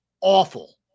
awful